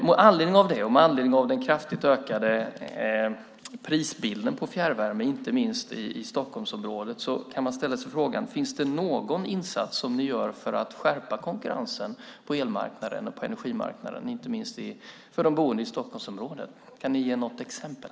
Med anledning av det och med anledning av den kraftigt ökade prisbilden på fjärrvärme, inte minst i Stockholmsområdet, kan man ställa sig frågan: Finns det någon insats som ni gör för att skärpa konkurrensen på elmarknaden och på energimarknaden, inte minst för de boende i Stockholmsområdet? Kan ni ge något exempel?